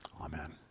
Amen